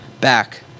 back